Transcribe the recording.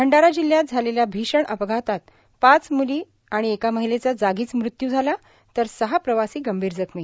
भंडारा जिल्हयात झालेल्या भीषण अपघातात पाच म्ली आणि एका महिलेचा जागीच मृत्यू तर सहा प्रवासी गंभीर जखमी